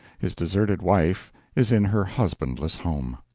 his deserted wife is in her husbandless home.